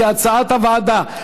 כהצעת הוועדה.